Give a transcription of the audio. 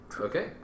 Okay